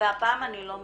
והפעם אני לא מוותרת.